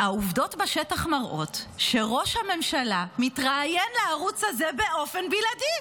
העובדות בשטח מראות שראש הממשלה מתראיין לערוץ הזה באופן בלעדי.